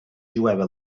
jueva